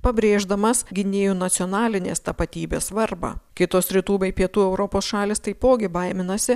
pabrėždamas gynėjų nacionalinės tapatybės svarbą kitos rytų bei pietų europos šalys taipogi baiminasi